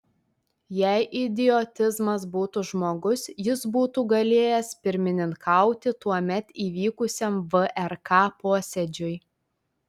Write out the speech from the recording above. jei idiotizmas būtų žmogus jis būtų galėjęs pirmininkauti tuomet įvykusiam vrk posėdžiui